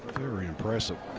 very impressive.